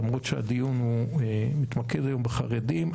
למרות שהדיון מתמקד היום בחרדים,